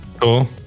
cool